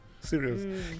serious